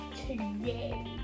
today